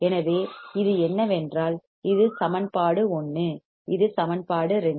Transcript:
எனவே இது என்னவென்றால் இது சமன்பாடு 1 இது சமன்பாடு 2